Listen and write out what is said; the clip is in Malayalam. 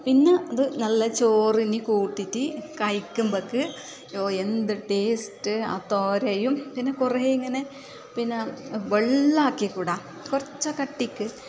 പിന്നെ ഇത് നല്ല ചോറിന് കൂട്ടിയിട്ട് കഴിക്കുമ്പഴേക്ക് അയ്യോ എന്ത് ടേസ്റ്റ് ആ തോരയും പിന്നെ കുറെ ഇങ്ങനെ പിന്നെ വെള്ളമാക്കി കൂടാ കുറച്ച് കട്ടിക്ക്